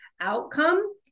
outcome